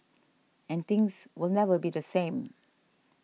and things will never be the same